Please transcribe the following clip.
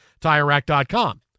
TireRack.com